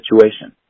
situation